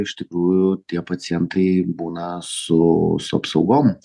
iš tikrųjų tie pacientai būna su su apsaugom